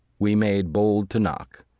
we made bold to knock,